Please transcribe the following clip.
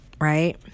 right